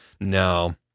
No